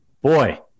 boy